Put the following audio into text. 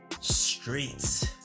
streets